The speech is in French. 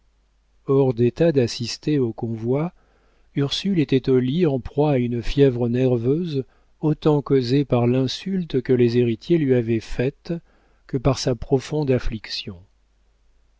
hors d'état d'assister au convoi ursule était au lit en proie à une fièvre nerveuse autant causée par l'insulte que les héritiers lui avaient faite que par sa profonde affliction